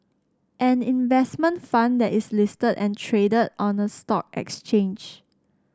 an investment fund that is listed and traded on a stock exchange